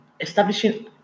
establishing